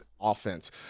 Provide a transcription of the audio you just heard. offense